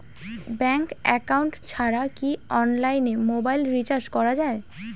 Bank account ছাড়া কি অনলাইনে মোবাইল রিচার্জ করা যায়?